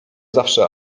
zawsze